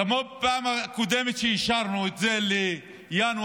כמו בפעם הקודמת שאישרנו את זה לינואר-פברואר,